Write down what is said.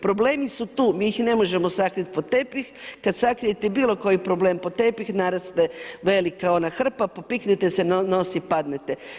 Problemi su tu, mi ih ne možemo sakriti pod tepih, kad sakrijete bilokoji problem pod tepih, naraste velika ona hrpa, popiknete se na nos i padnete.